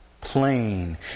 Plain